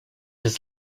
has